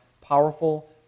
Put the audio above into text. powerful